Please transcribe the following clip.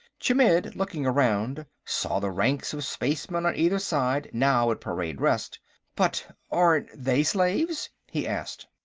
chmidd, looking around, saw the ranks of spacemen on either side, now at parade-rest. but aren't they slaves? he asked.